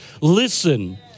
Listen